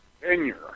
tenure